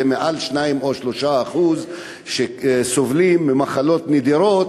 זה מעל 2% או 3% שסובלים ממחלות נדירות